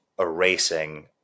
erasing